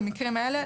במקרים האלה,